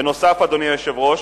בנוסף, אדוני היושב-ראש,